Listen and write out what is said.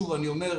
שוב אני אומר,